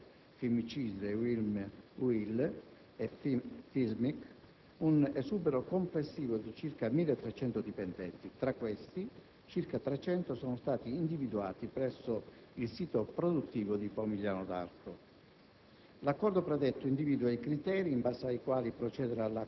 organizzazioni sindacali nazionali e territoriali FIOM-CGIL, FIRN-CISL, UILM-UIL e FISMIC, un esubero complessivo di circa 1.300 dipendenti. Tra questi, circa 300 sono stati individuati presso il sito produttivo di Pomigliano d'Arco.